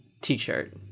t-shirt